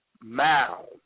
Mound